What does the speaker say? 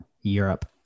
Europe